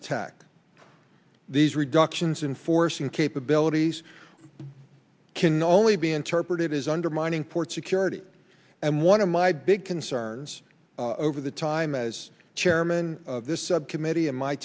attack these reductions in force and capabilities can only be interpreted as undermining port security and one of my big concerns over the time as chairman of this subcommittee in my